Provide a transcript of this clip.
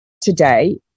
today